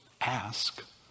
Ask